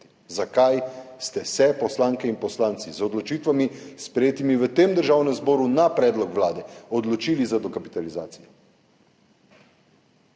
Zakaj ste se poslanke in poslanci z odločitvami, sprejetimi v Državnem zboru, na predlog Vlade odločili za dokapitalizacijo?